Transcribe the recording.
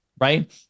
right